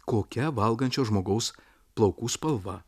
kokia valgančio žmogaus plaukų spalva